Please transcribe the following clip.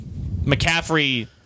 McCaffrey